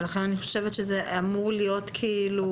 ולכן אני חושבת שזה אמור להיות בכותרת.